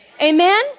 Amen